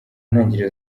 ntangiriro